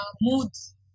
moods